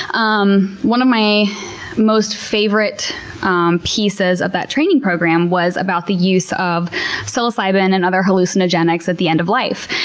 um one of my most favorite pieces of that training program was about the use of psilocybin and other hallucinogenics at the end of life,